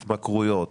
התמכרויות,